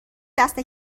دست